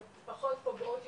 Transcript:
פחות פוגעות,